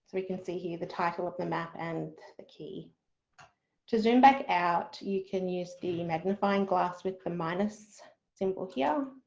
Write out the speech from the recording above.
can see here the title of the map and the key to zoom back out you can use the magnifying glass with the minus symbol here.